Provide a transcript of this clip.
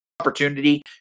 opportunity